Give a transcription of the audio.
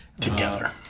together